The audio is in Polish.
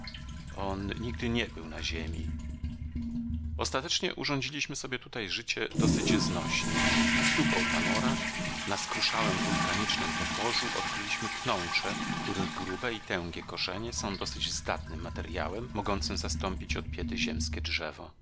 on nigdy nie był na ziemi ostatecznie urządziliśmy sobie tutaj życie dosyć znośne u stóp otamora na skruszałem wulkanicznem podłożu odkryliśmy pnącze których grube i tęgie korzenie są dosyć zdatnym materjałem mogącym zastąpić od biedy ziemskie drzewo